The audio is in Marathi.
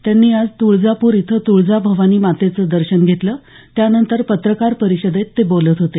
त्यांनी आज तुळजापूर इथं तुळजाभवानी मातेचं दर्शन घेतलं त्यानंतर पत्रकार परिषदेत ते बोलत होते